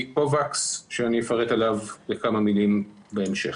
אובאקס שאני אפרט עליו בכמה מילים בהמשך.